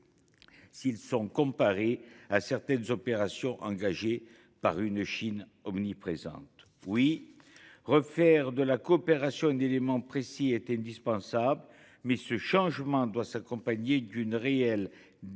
s’ils sont comparés à certaines opérations engagées par une Chine omniprésente ? Oui, refaire de la coopération un élément précis est indispensable, mais ce changement doit s’accompagner d’une réelle redéfinition